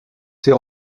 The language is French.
ses